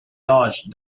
dodged